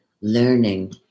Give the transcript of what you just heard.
learning